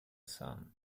some